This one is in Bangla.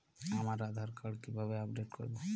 আমার আধার কার্ড কিভাবে আপডেট করব?